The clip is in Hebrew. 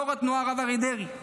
יו"ר התנועה הרב אריה דרעי,